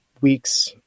weeks